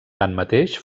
tanmateix